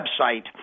website